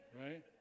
Right